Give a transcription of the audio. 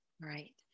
right